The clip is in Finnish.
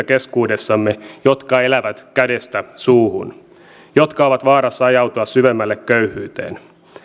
keskuudessamme heistä jotka elävät kädestä suuhun jotka ovat vaarassa ajautua syvemmälle köyhyyteen